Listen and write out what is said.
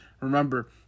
Remember